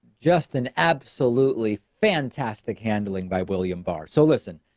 justin, absolutely fantastic handling by william barr. so listen,